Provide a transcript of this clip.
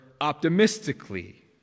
optimistically